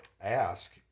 ask